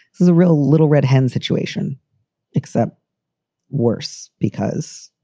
there's a real little red hen situation except worse because.